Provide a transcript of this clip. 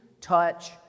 touch